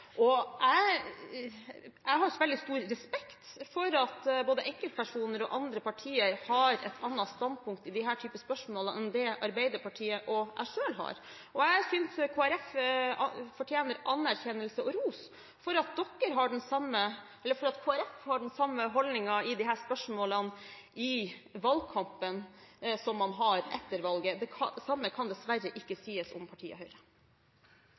Jeg har veldig stor respekt for at både enkeltpersoner og andre partier har et annet standpunkt i denne type spørsmål enn det Arbeiderpartiet og jeg selv har. Jeg synes Kristelig Folkeparti fortjener anerkjennelse og ros for at man har den samme holdningen i disse spørsmålene etter valget som man hadde i valgkampen. Det samme kan dessverre ikke sies om partiet Høyre.